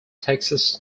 texas